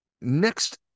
next